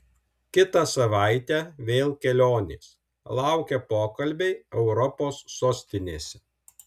kitą savaitę vėl kelionės laukia pokalbiai europos sostinėse